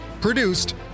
Produced